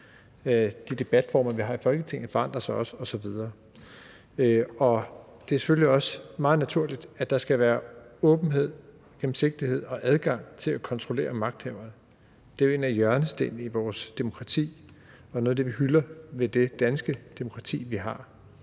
De debatformer, vi har i Folketinget, forandrer sig også, osv. Det er selvfølgelig også meget naturligt, at der skal være åbenhed, gennemsigtighed og adgang til at kontrollere magthaverne. Det er jo en af hjørnestenene i vores demokrati, og det er noget af det, vi hylder ved det danske demokrati. Derfor